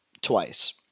Twice